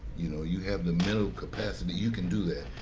you know you have the mental capacity, you can do that.